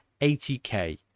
80k